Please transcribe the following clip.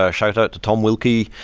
ah shout out to tom wilkie,